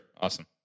Awesome